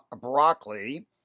Broccoli